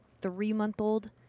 three-month-old